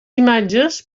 imatges